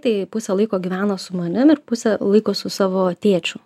tai pusę laiko gyvena su manim ir pusę laiko su savo tėčiu